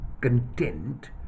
content